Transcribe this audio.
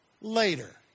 later